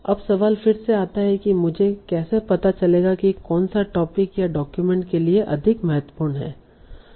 अब सवाल फिर से आता है कि मुझे कैसे पता चलेगा कि कौनसा टोपिक या डॉक्यूमेंट के लिए अधिक महत्वपूर्ण हैं